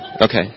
Okay